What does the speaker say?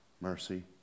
mercy